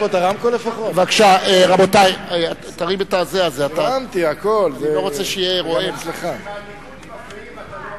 אבל למה כשבליכוד מפריעים אתה לא אומר להם שום דבר היום?